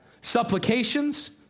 supplications